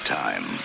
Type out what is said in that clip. time